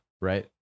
right